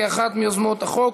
אחת מיוזמות החוק,